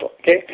okay